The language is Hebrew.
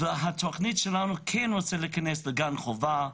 והתכנית שלנו צריכה להיכנס לגן חובה,